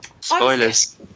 spoilers